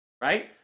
right